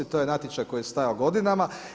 To je natječaj koji je stajao godinama.